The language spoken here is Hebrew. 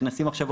נכנסים עכשיו,